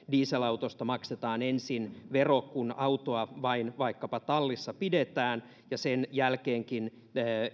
dieselautosta maksetaan ensin vero kun autoa vain vaikkapa tallissa pidetään ja senkin jälkeen